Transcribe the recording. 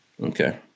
Okay